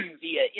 via